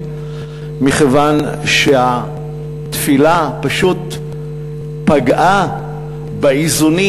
מכיוון שהתפילה פשוט פגעה באיזונים